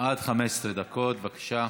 עד 15 דקות, בבקשה.